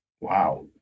wow